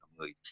người